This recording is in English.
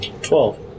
Twelve